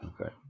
Okay